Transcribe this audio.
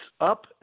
up